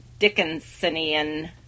Dickinsonian